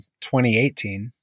2018